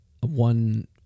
one